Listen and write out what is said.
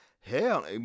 hell